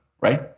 right